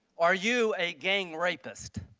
are you a gang rapist?